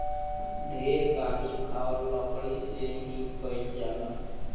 ढेर काम सुखावल लकड़ी से ही कईल जाला